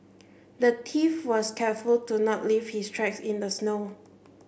the thief was careful to not leave his tracks in the snow